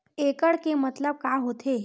एकड़ के मतलब का होथे?